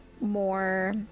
more